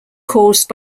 caused